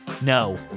No